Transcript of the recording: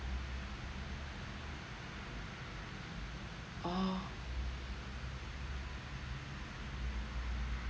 orh